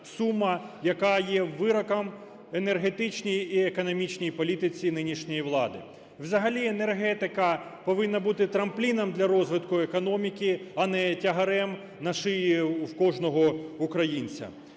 сума, яка є вироком в енергетичній і економічній політиці нинішньої влади. Взагалі, енергетика повинна бути трампліном для розвитку економіки, а не тягарем на шиї у кожного українця.